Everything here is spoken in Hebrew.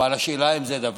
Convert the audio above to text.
אבל השאלה היא אם זה מספיק.